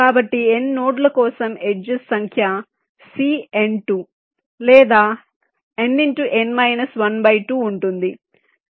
కాబట్టి n నోడ్ల కోసం ఎడ్జెస్ సంఖ్య లేదా ఉంటుంది